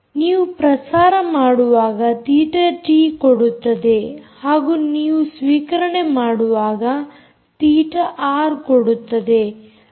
ನೀವು ಪ್ರಸಾರ ಮಾಡುವಾಗ ತೀಟ ಟಿ ಕೊಡುತ್ತದೆ ಹಾಗೂ ನೀವು ಸ್ವೀಕರಣೆ ಮಾಡುವಾಗ ತೀಟ ಆರ್ ಕೊಡುತ್ತದೆ